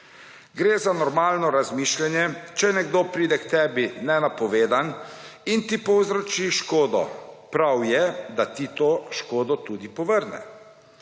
Gre za normalno razmišljanje, če nekdo pride k temi nenapovedan in ti povzroči škodo prav je, da ti škodo tudi povrne.